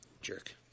jerk